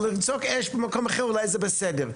ולצעוק אש במקום אחר אולי זה בסדר.